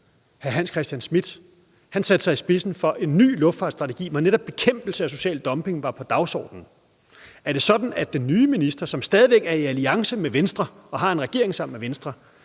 Hans Christian Schmidt satte sig i spidsen for en ny luftfartsstrategi, hvor netop bekæmpelse af social dumping var på dagsordenen. Er det sådan, at den nye minister, som stadig væk er i alliance med Venstre og er i regering sammen med Venstre,